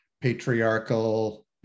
patriarchal